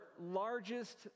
largest